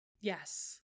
Yes